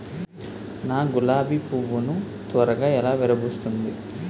నా గులాబి పువ్వు ను త్వరగా ఎలా విరభుస్తుంది?